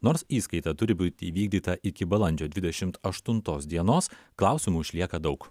nors įskaita turi būt įvykdyta iki balandžio dvidešimt aštuntos dienos klausimų išlieka daug